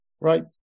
right